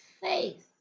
face